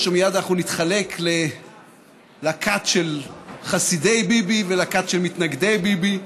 או שמייד אנחנו נתחלק לכת של חסידי ביבי ולכת של מתנגדי ביבי,